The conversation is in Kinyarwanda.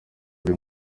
buri